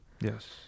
yes